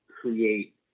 create